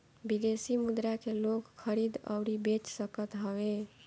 विदेशी मुद्रा के लोग खरीद अउरी बेच सकत हवे